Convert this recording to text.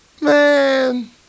Man